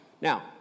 Now